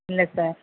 இல்லை சார்